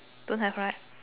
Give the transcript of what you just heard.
don't have right